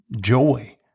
joy